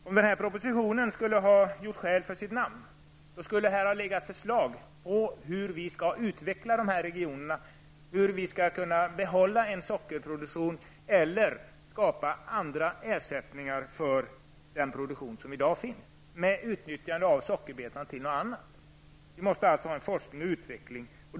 Om propositionen hade gjort skäl för sitt namn skulle det ha funnits förslag på hur vi skall utveckla dessa regioner, hur vi skall kunna behålla en sockerproduktion eller hur vi skall kunna skapa andra ersättningar för den produktion som finns i dag med utnyttjande av sockerbetan till något annat. Vi måste ha en forskning och utveckling.